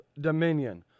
Dominion